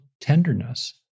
tenderness